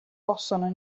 possono